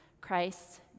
Christ